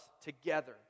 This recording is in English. together